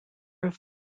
have